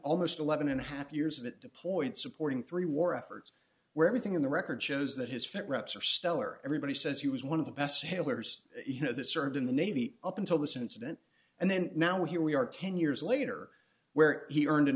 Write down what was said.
almost eleven and a half years of it deployment supporting three war efforts where everything in the record shows that his fate reps are stellar everybody says he was one of the best sailors you know that served in the navy up until this incident and then now here we are ten years later where he earned